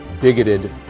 bigoted